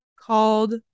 called